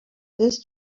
this